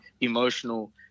emotional